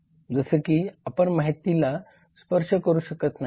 जसे की आपण माहितीला स्पर्श करू शकत नाहीत